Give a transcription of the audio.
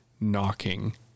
knocking